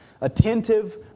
attentive